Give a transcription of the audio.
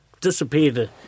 disappeared